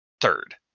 third